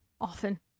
Often